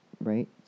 right